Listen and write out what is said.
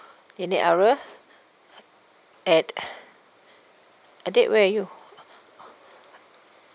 nenek ara at adik where are you